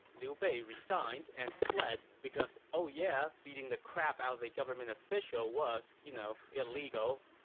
liu bei resigned and fled, because oh yeah, beating the crap out of a government official was, you know, illegal.